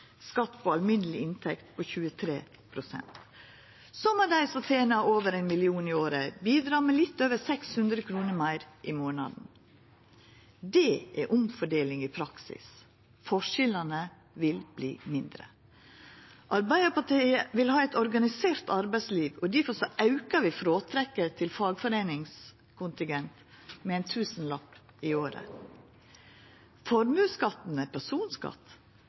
skatt på alminneleg inntekt på 23 pst. Så må dei som tener over éin million i året bidra med litt over 600 kr meir i månaden. Det er omfordeling i praksis. Forskjellane vil verta mindre. Arbeidarpartiet vil ha eit organisert arbeidsliv, difor aukar vi fråtrekket til fagforeiningskontingent med ein tusenlapp i året. Formuesskatten er personskatt.